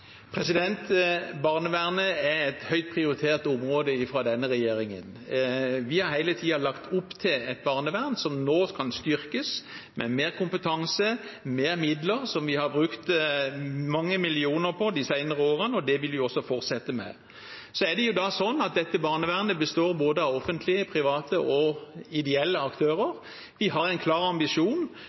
Barnevernet er et høyt prioritert område for denne regjeringen. Vi har hele tiden lagt opp til et barnevern som nå kan styrkes med mer kompetanse, mer midler, som vi har brukt mange millioner på de senere årene, og det vil vi også fortsette med. Barnevernet består av både offentlige, private og ideelle aktører. Vi har en klar ambisjon